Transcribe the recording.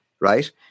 Right